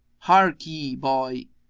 hark ye, boy!